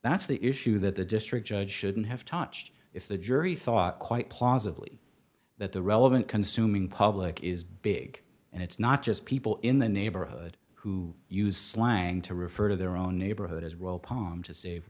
that's the issue that the district judge shouldn't have touched if the jury thought quite plausibly that the relevant consuming public is big and it's not just people in the neighborhood who use slang to refer to their own neighborhood as well palm to save